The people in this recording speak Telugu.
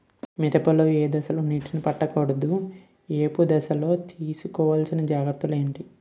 మిరప లో ఏ దశలో నీటినీ పట్టకూడదు? ఏపు దశలో తీసుకోవాల్సిన జాగ్రత్తలు ఏంటి?